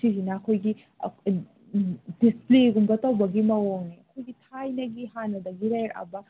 ꯁꯤꯁꯤꯅ ꯑꯩꯈꯣꯏꯒꯤ ꯗꯤꯁꯄ꯭ꯂꯦꯒꯨꯝꯕ ꯇꯧꯕꯒꯤ ꯃꯑꯣꯡꯅꯦ ꯑꯩꯈꯣꯏꯒꯤ ꯊꯥꯏꯅꯒꯤ ꯍꯥꯟꯅꯗꯒꯤ ꯂꯩꯔꯛꯂꯕ